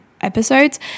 episodes